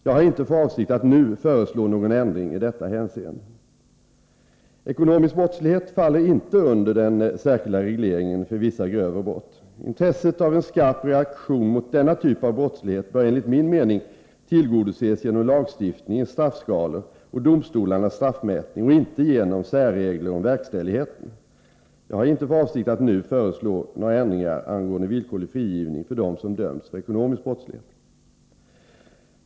Jag har inte för avsikt att nu föreslå någon ändring i detta hänseende. Ekonomisk brottslighet faller inte under den särskilda regleringen för vissa grövre brott. Intresset av en skarp reaktion mot denna typ av brottslighet bör enligt min mening tillgodoses genom lagstiftningens straffskalor och domstolarnas straffmätning och inte genom särregler om verkställigheten. Jag har inte för avsikt att nu föreslå några ändringar angående villkorlig frigivning för dem som dömts för ekonomisk brottslighet.